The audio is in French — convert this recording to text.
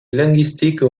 linguistique